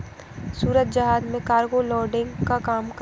सूरज जहाज में cargo loading का काम करता है